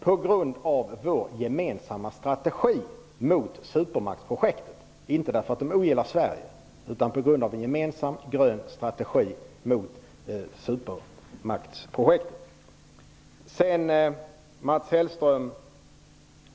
De röstade inte nej för att de ogillar Sverige utan med anledning av en gemensam grön strategi mot supermaktsprojekt.